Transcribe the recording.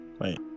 Wait